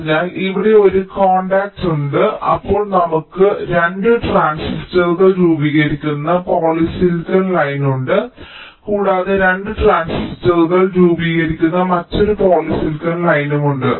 അതിനാൽ ഇവിടെ ഒരു കോൺടാക്റ്റ് ഉണ്ട് അപ്പോൾ നമുക്ക് 2 ട്രാൻസിസ്റ്ററുകൾ രൂപീകരിക്കുന്ന പോളിസിലിക്കൺ ലൈൻ ഉണ്ട് കൂടാതെ 2 ട്രാൻസിസ്റ്ററുകൾ രൂപീകരിക്കുന്ന മറ്റൊരു പോളിസിലിക്കൺ ലൈനും ഉണ്ട്